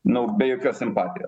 nau be jokios empatijo